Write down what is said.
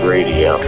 Radio